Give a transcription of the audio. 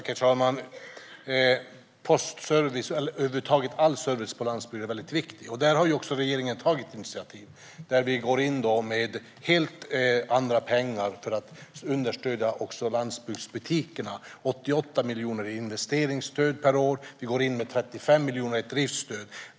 Herr talman! Postservice och över huvud taget all service på landsbygden är viktig. Där har regeringen också tagit initiativ. Vi går in med helt andra pengar för att understödja landsbygdsbutikerna: 88 miljoner i investeringsstöd per år och 35 miljoner i driftsstöd.